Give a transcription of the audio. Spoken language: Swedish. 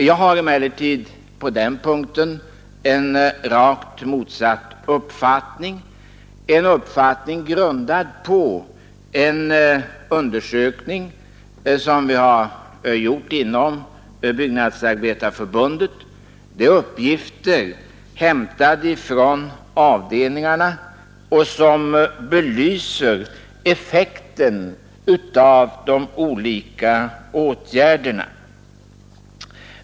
Jag har emellertid på den punkten en rakt motsatt uppfattning, grundad på en undersökning som vi har gjort inom Byggnadsarbetareförbundet. Uppgifterna har hämtats från avdelningarna.